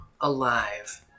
alive